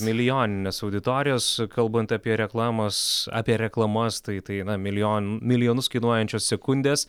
milijoninės auditorijos kalbant apie reklamas apie reklamas tai tai na milijon milijonus kainuojančios sekundės